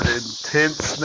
intense